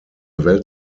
welt